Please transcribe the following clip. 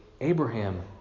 Abraham